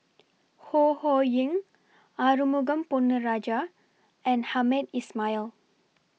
Ho Ho Ying Arumugam Ponnu Rajah and Hamed Ismail